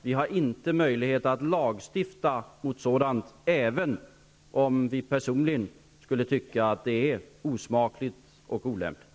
Vi har inte möjlighet att lagstifta mot sådant, även om vi personligen skulle tycka att det är osmakligt och olämpligt.